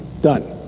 Done